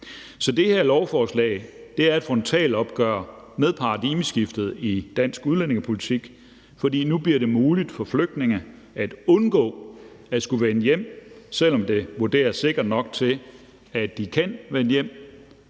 Så det her lovforslag er et frontalopgør med paradigmeskiftet i dansk udlændingepolitik, for nu bliver det muligt for flygtninge at undgå at skulle vende hjem, selv om hjemlandet vurderes sikkert nok til, at de kan vende hjem,